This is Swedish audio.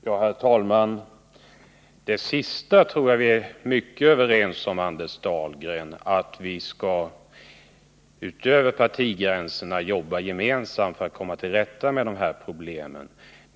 Herr talman! Det sista tror jag vi är i hög grad överens om, Anders Dahlgren — att vi skall jobba gemensamt över partigränserna för att komma till rätta med detta problem.